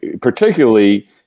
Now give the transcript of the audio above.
particularly